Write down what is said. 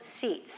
seats